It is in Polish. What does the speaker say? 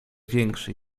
większy